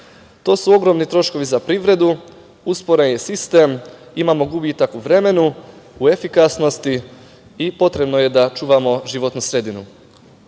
To su ogromni troškovi za privredu, usporen je sistem, imamo gubitak u vremenu, u efikasnosti i potrebno je da čuvamo životnu sredinu.